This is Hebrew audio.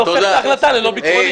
זה הופך את ההחלטה ללא ביטחונית,